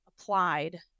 applied